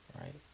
Right